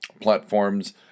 platforms